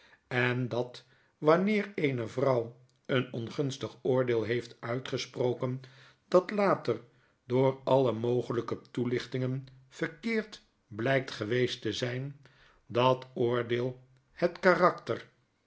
en dat wanneer eene vrouw een ongunstig oordeel heeft uitgesproken dat later door alle mogelyke toelichtingen verkeerd blykt geweest te zyn dat oordeel hetkarakter